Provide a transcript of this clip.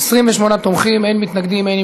להפוך את הצעת חוק זכויות נפגעי עבירה (תיקון,